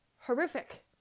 horrific